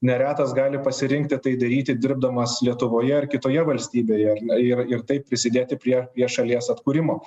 neretas gali pasirinkti tai daryti dirbdamas lietuvoje ar kitoje valstybėje ir ir taip prisidėti prie šalies atkūrimo